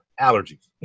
allergies